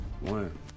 One